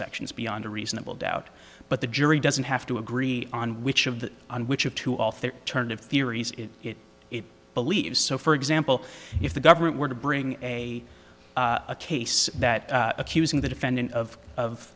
section is beyond a reasonable doubt but the jury doesn't have to agree on which of the on which of two all three turned of theories it believes so for example if the government were to bring a a case that accusing the defendant of of